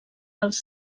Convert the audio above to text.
dels